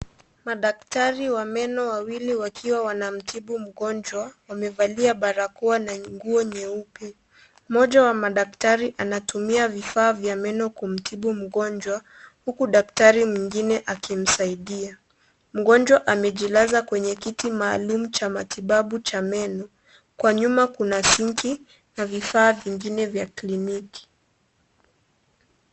Madktari wa meno wawili wakiwa wanamtibu mgonjwa wamevalia barakoa na nguo nyeupe. Mmoja wa madaktari anatumia vifaa vya meno kumtibu mgonjwa huku daktari mwingine akimsaidia. Mgonjwa amejilaza kwenye kiti maalumu cha matibabu cha meno. Kwa nyuma kuna sinki na vifaa vingine vya kliniki.